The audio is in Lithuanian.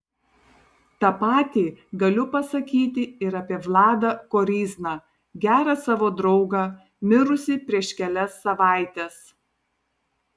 tą patį galiu pasakyti ir apie vladą koryzną gerą savo draugą mirusį prieš kelias savaites